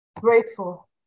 Grateful